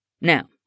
Now